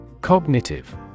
Cognitive